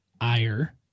ire